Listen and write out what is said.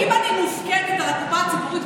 אם אני מופקדת על הקופה הציבורית,